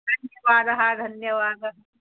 धन्यवादः धन्यवादः